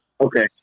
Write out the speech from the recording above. Okay